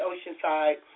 Oceanside